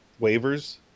waivers